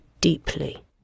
deeply